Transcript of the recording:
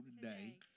today